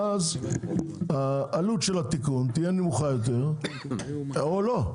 ואז העלות של התיקון תהיה נמוכה יותר או לא,